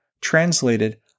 translated